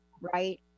right